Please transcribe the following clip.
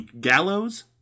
Gallows